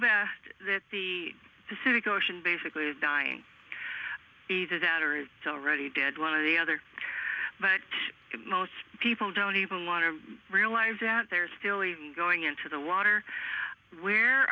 there that the pacific ocean basically dying either that or is already dead one of the other but most people don't even want to realize that they're still even going into the water where